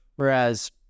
Whereas